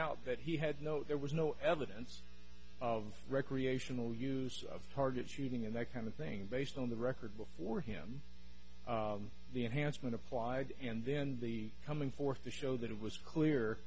out that he had no there was no evidence of recreational use of target shooting and that kind of thing based on the record before him the enhancement applied and then the coming forth to show that it was clear